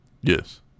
Yes